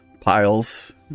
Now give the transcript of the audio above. piles